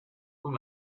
con